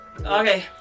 Okay